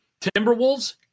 Timberwolves